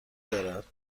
دارد